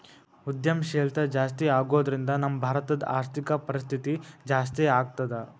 ಉದ್ಯಂಶೇಲ್ತಾ ಜಾಸ್ತಿಆಗೊದ್ರಿಂದಾ ನಮ್ಮ ಭಾರತದ್ ಆರ್ಥಿಕ ಪರಿಸ್ಥಿತಿ ಜಾಸ್ತೇಆಗ್ತದ